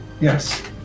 yes